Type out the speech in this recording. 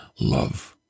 love